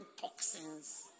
toxins